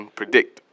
predict